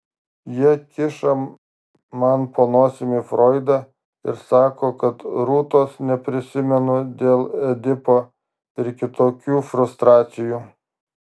jie kiša man po nosimi froidą ir sako kad rūtos neprisimenu dėl edipo ir kitokių frustracijų